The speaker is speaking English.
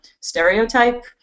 stereotype